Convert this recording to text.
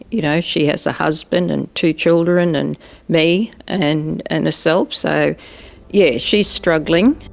you know she has a husband and two children and me and and herself, so yeah she's struggling.